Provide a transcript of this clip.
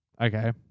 Okay